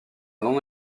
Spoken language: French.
non